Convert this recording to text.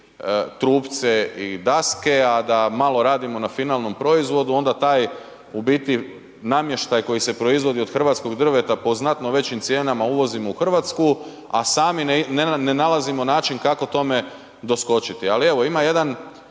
trupce i daske, a da malo radimo na finalnom proizvodu onda taj namještaj koji se proizvodi od hrvatskog drveta po znatno većim cijenama uvozimo u Hrvatsku, a sami ne nalazimo način kako tome doskočiti. Ali evo ima jedan